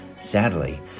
Sadly